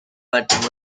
but